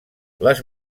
les